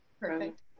Perfect